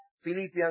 Philippians